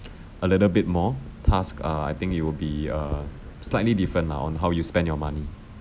a little bit more task uh I think it will be err slightly different lah on how you spend your money